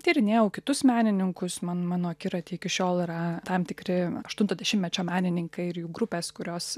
tyrinėjau kitus menininkus man mano akiraty iki šiol yra tam tikri aštunto dešimtmečio menininkai ir jų grupės kurios